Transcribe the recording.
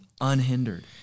unhindered